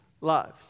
lives